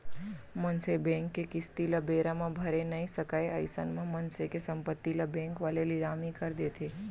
मनसे बेंक के किस्ती ल बेरा म भरे नइ सकय अइसन म मनसे के संपत्ति ल बेंक वाले लिलामी कर देथे